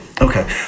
Okay